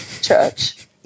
Church